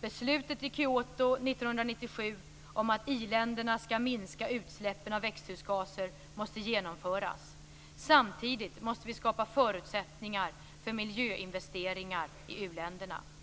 Beslutet i Kyoto 1997 om att i-länderna skall minska utsläppen av växthusgaser måste genomföras. Samtidigt måste vi skapa förutsättningar för miljöinvesteringar i u-länderna.